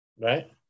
Right